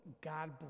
God